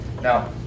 Now